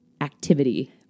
activity